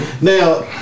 now